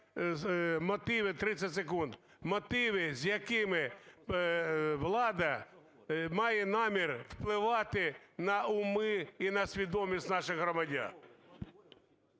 Мотиви, з якими влада має намір впливати на уми і на свідомість наших громадян.